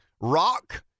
Rock